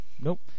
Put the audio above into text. nope